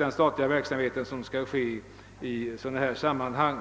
den statliga verksamheten skall ske i sådana här sammanhang.